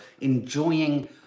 enjoying